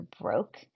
broke